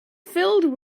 filled